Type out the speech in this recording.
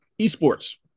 esports